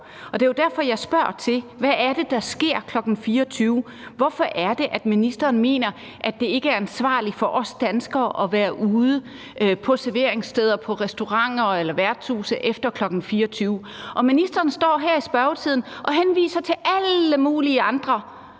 Det er derfor, jeg spørger til, hvad det er, der sker kl. 24.00. Hvorfor er det, ministeren mener, at det ikke er ansvarligt for os danskere at være ude på serveringssteder, restauranter og værtshuse efter kl. 24? Ministeren står her i spørgetiden og henviser til alle mulige andre